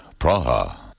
Praha